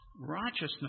righteousness